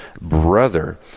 brother